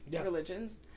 religions